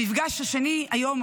המפגש השני היה היום,